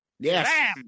Yes